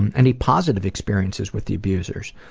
and any positive experiences with the abusers?